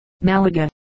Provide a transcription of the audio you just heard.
Malaga